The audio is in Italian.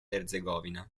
erzegovina